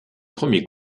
premier